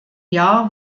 jahr